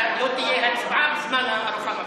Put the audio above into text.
אלא לא תהיה הצבעה בזמן הארוחה המפסקת.